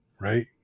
Right